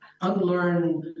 unlearn